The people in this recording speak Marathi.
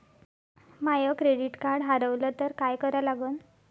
माय क्रेडिट कार्ड हारवलं तर काय करा लागन?